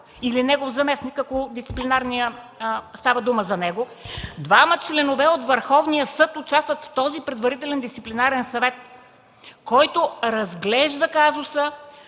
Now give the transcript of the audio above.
или негов заместник, ако става дума за него, двама членове от Върховния съд участват в този предварителен Дисциплинарен съвет, който разглежда казуса,